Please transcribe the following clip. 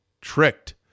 tricked